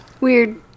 Weird